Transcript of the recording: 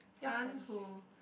someone who